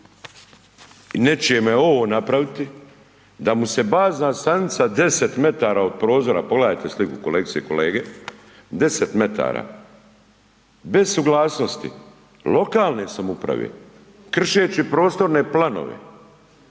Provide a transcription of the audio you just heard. nečijemu ovo napraviti, da mu se bazna stanica deset metara od prozora, pogledajte sliku kolegice i kolege, deset metara, bez suglasnosti lokalne samouprave, kršeći Prostorne planove,